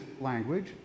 language